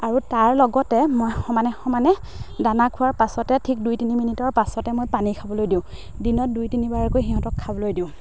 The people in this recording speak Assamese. আৰু তাৰ লগতে মই সমানে সমানে দানা খোৱাৰ পাছতে ঠিক দুই তিনি মিনিটৰ পাছতে মই পানী খাবলৈ দিওঁ দিনত দুই তিনিবাৰকৈ সিহঁতক খাবলৈ দিওঁ